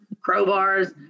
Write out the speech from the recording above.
Crowbars